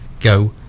go